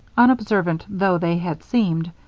unobservant though they had seemed,